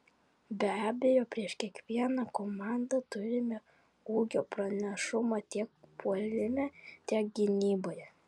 be abejo prieš kiekvieną komandą turime ūgio pranašumą tiek puolime tiek gynyboje